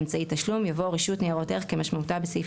באמצעי תשלום יבא: "רשות ניירות ערך" כמשמעותה בסעיף,